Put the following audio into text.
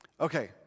Okay